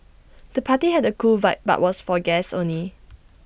the party had A cool vibe but was for guests only